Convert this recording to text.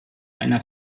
einer